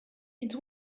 its